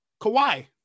Kawhi